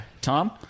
Tom